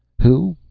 who?